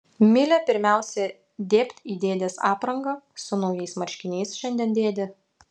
milė pirmiausia dėbt į dėdės aprangą su naujais marškiniais šiandien dėdė